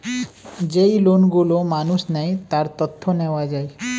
যেই লোন গুলো মানুষ নেয়, তার তথ্য নেওয়া যায়